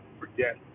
forget